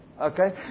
Okay